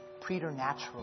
preternatural